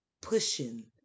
pushing